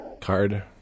Card